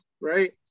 right